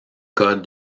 code